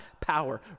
power